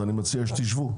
אז אני מציע שתשבו.